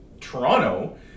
Toronto